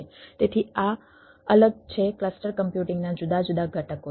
તેથી આ અલગ છે ક્લસ્ટર કમ્પ્યુટિંગના જુદા જુદા ઘટકો છે